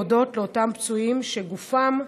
להודות לאותם פצועים שגופם,